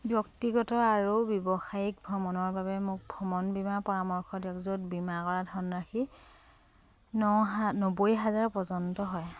ব্যক্তিগত আৰু ব্যৱসায়িক ভ্ৰমণৰ বাবে মোক ভ্ৰমণ বীমাৰ পৰামৰ্শ দিয়ক য'ত বীমা কৰা ধনৰাশি ন হা নব্বৈ হাজাৰ পৰ্য্য়ন্ত হয়